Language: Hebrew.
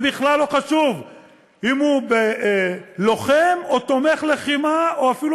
זה בכלל לא חשוב אם הוא לוחם או תומך לחימה או אפילו